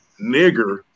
nigger